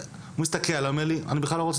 אז היו חייבים הצדקה משפטית כי איך תפריד את